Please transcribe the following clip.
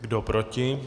Kdo proti?